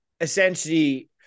essentially